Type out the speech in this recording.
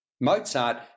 Mozart